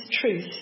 truth